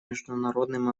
международным